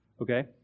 Okay